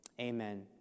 Amen